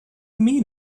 mean